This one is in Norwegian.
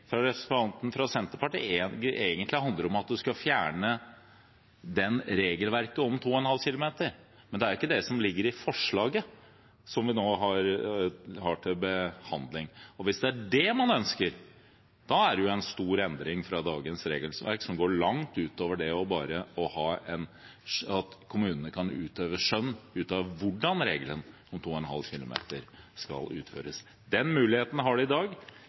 fra representanten fra Senterpartiet egentlig handler om at man skal fjerne regelverket om 2,5 km. Men det er jo ikke det som ligger i forslaget som vi nå har til behandling. Hvis det er det man ønsker, er det en stor endring fra dagens regelverk, som går langt utover det at kommunene bare kan utøve skjønn for hvordan regelen på 2,5 km skal praktiseres. Den muligheten har de i dag,